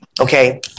Okay